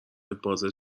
بازه